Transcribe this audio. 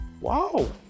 Wow